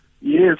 Yes